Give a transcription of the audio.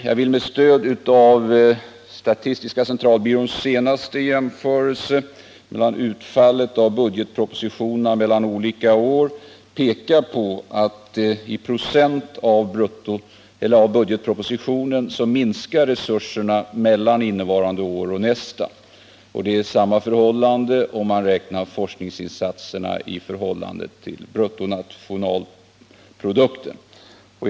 Jag vill med stöd av statistiska centralbyråns senaste jämförelse mellan utfallet av budgetpropositionerna under olika år peka på att i procent av budgetpropositionen minskar resurserna nästa år jämfört med innevarande år. Förhållandet är detsamma om man ställer forskningsinsatserna i förhållande till bruttonationalprodukten.